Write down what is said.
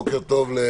בוקר טוב לכולם,